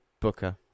Booker